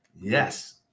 yes